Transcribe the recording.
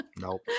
nope